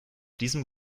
diesem